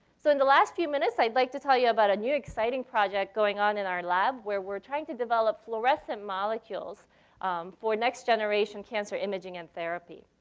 so in the last few minutes, i'd like to tell you about a new, exciting project going on in our lab, where we're trying to develop fluorescent molecules for next-generation next-generation cancer imaging and therapy.